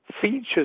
features